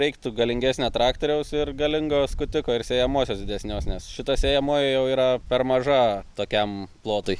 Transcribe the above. reiktų galingesnio traktoriaus ir galingojo skutiko ir sėjamosios didesnios nes šita sėjamoji jau yra per maža tokiam plotui